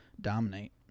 dominate